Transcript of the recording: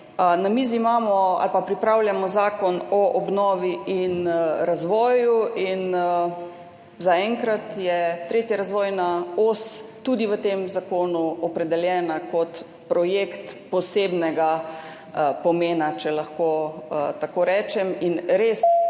ali pa pripravljamo zakon o obnovi in razvoju. Zaenkrat je 3. razvojna os tudi v tem zakonu opredeljena kot projekt posebnega pomena, če lahko tako rečem,